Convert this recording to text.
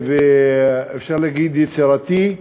ואפשר להגיד יצירתי,